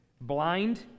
blind